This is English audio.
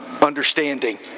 understanding